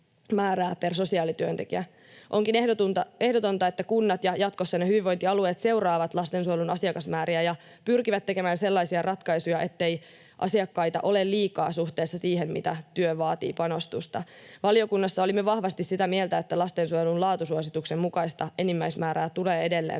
per sosiaalityöntekijä. Onkin ehdotonta, että kunnat ja jatkossa hyvinvointialueet seuraavat lastensuojelun asiakasmääriä ja pyrkivät tekemään sellaisia ratkaisuja, ettei asiakkaita ole liikaa suhteessa siihen, mitä panostusta työ vaatii. Valiokunnassa olimme vahvasti sitä mieltä, että lastensuojelun laatusuosituksen mukaista enimmäismäärää tulee edelleen